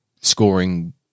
scoring